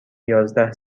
یازده